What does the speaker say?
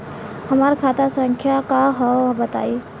हमार खाता संख्या का हव बताई?